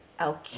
Okay